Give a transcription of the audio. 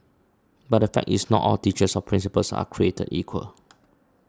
but the fact is not all teachers or principals are created equal